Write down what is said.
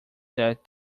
that